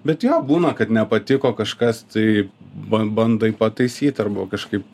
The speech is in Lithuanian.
bet jo būna kad nepatiko kažkas tai ba bandai pataisyt arba kažkaip